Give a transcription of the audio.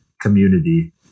community